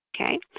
Okay